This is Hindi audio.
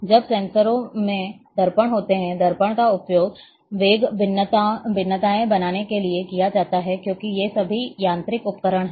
जब सेंसरों में दर्पण होते थे दर्पण का उपयोग वेग भिन्नताएं बनाने के लिए किया जाता था क्योंकि ये सभी यांत्रिक उपकरण हैं